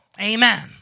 Amen